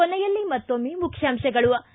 ಕೊನೆಯಲ್ಲಿ ಮತ್ತೊಮ್ಮೆ ಮುಖ್ಯಾಂಶಗಳು